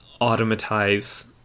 automatize